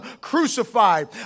crucified